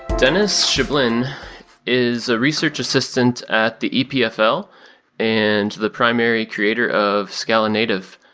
denys shabalin is a research assistant at the epfl and the primary creator of scala-native.